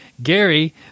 Gary